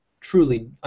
truly